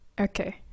Okay